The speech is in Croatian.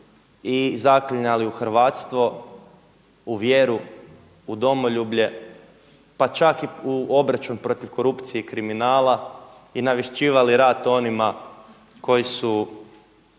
i zaklinjali u hrvatstvo, u vjeru, u domoljublje, pa čak i u obračun protiv korupcija i kriminala i navješćivali rat onima koji su